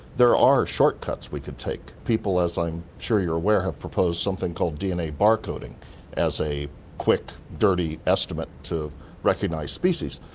there are shortcuts we could take. people, as i'm sure you're aware, have proposed something called dna bar-coding as a quick, dirty estimate to recognise species,